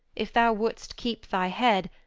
if thou wouldst keep thy head,